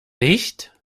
nicht